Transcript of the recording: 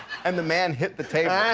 and the man hit the table.